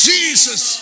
Jesus